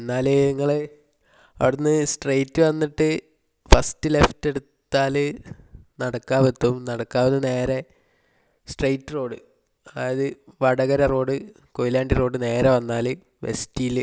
എന്നാൽ നിങ്ങൾ അവിടെ നിന്ന് സ്ട്രൈറ്റ് വന്നിട്ട് ഫസ്റ്റ് ലെഫ്റ്റ് എടുത്താൽ നടക്കാവ് എത്തും നടക്കാവിൽ നിന്ന് നേരെ സ്ട്രൈറ്റ് റോഡ് അതായത് വടകര റോഡ് കൊയിലാണ്ടി റോഡ് നേരെ വന്നാൽ എസ് സ്റ്റീൽ